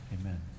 Amen